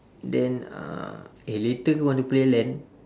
then uh eh later want to play LAN